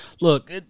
Look